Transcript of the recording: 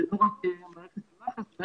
זה לא רק המערכת של מח"ש,